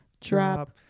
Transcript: Drop